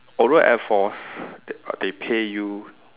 although air force they uh they pay you